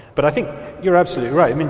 but i think you're absolutely right.